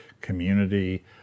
community